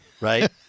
Right